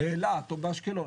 באילת או באשקלון,